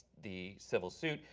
the civil suit,